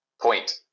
point